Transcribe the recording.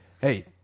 Hey